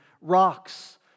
rocks